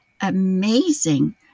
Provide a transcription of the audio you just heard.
amazing